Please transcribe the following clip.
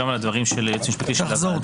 גם על הדברים של היועץ המשפטי לוועדה.